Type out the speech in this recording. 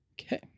Okay